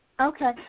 Okay